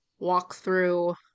walkthrough